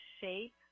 shape